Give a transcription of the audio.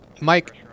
Mike